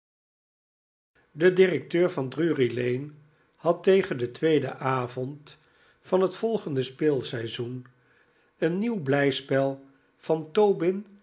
de directeur van drury-lane had tegen den tweeden avond van het volgende speelseizoen een nieuw blijspel van tobin